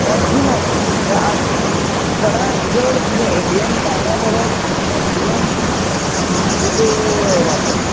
maximum म्हणल्या आज चडांत चड म्हणजे एटीएम कार्डा परस मेक्जीमम जीपे वापरतात